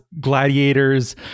gladiators